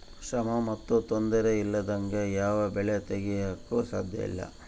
ಶ್ರಮ ಮತ್ತು ತೊಂದರೆ ಇಲ್ಲದಂಗೆ ಯಾವ ಬೆಳೆ ತೆಗೆಯಾಕೂ ಸಾಧ್ಯಇಲ್ಲ